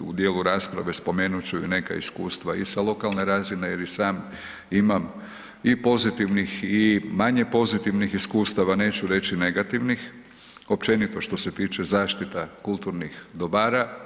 u dijelu rasprave spomenut ću i neka iskustva i sa lokalne razine jer i sam imam i pozitivnih i manje pozitivnih iskustava, neću reći negativnih, općenito što se tiče zaštita kulturnih dobara.